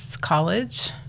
college